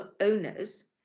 owners